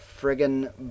friggin